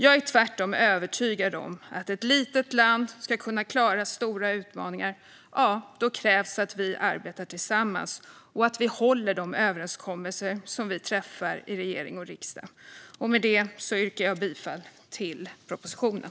Jag är tvärtom övertygad om att om ett litet land ska kunna klara stora utmaningar krävs det att vi arbetar tillsammans och att vi håller de överenskommelser vi träffar i regering och riksdag. Med detta yrkar jag bifall till propositionen.